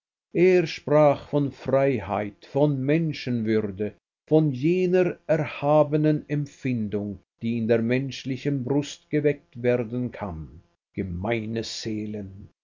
er sprach von freiheit von menschenwürde von jener erhabenen empfindung die in der menschlichen brust geweckt werden kann gemeine seelen